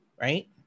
Right